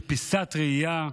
פיסת ראיה.